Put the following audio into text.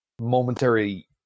Momentary